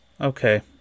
Okay